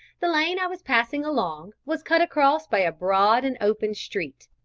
the lane i was passing along was cut across by a broad and open street,